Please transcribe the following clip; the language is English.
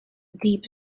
deep